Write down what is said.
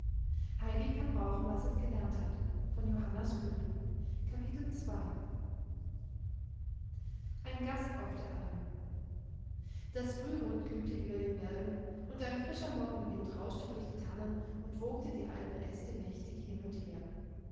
ein gast auf der alm das frührot glühte über den bergen und ein frischer morgenwind rauschte durch die tannen und wogte die alten äste mächtig hin und her